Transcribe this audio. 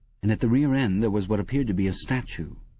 and at the rear end there was what appeared to be a statue.